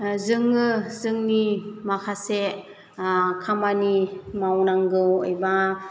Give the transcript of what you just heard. जोङो जोंनि माखासे खामानि मावनांगौ एबा